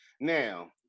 Now